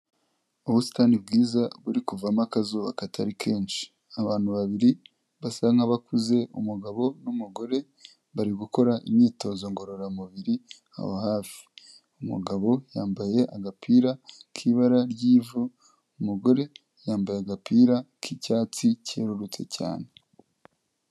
Ubusitani bwiza buri kuvamo akazuba katari kenshi. Abantu babiri basa nk'abakuze umugabo n'umugore bari gukora imyitozo ngororamubiri aho hafi. Umugabo yambaye agapira k'ibara ry'ivu, umugore yambaye agapira k'icyatsi kerurutse cyane.